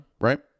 right